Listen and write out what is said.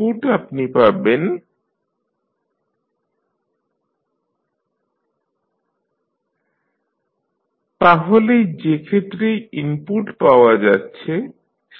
output আপনি পাবেন yCφt t0xt00tCφt τBudτDutt≥t0 তাহলে যেক্ষেত্রে ইনপুট পাওয়া যাচ্ছে